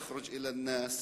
הערבית)